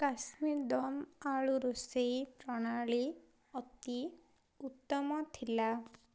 କାଶ୍ମିରୀ ଦମ୍ ଆଳୁ ରୋଷେଇ ପ୍ରଣାଳୀ ଅତି ଉତ୍ତମ ଥିଲା